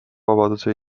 vabaduse